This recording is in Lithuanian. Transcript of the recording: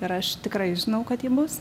ir aš tikrai žinau kad ji bus